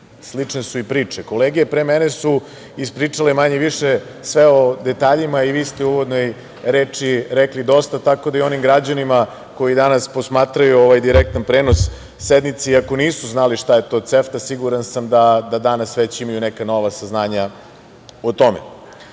slične su i priče. Kolege pre mene su ispričale manje-više sve o detaljima i vi ste u uvodnoj reči rekli dosta, tako da i onim građanima koji danas posmatraju ovaj direktan prenos sednice, iako nisu znali šta je to CEFTA, siguran sam da danas već imaju neka nova saznanja o tome. Kada